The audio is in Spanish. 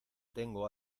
tengo